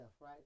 right